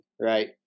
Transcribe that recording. right